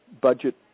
Budget